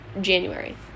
January